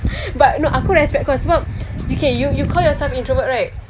but no aku respect kau sebab okay you you call yourself introvert right